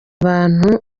abantu